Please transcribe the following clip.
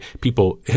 People